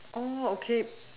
okay